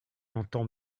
entend